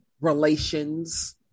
relations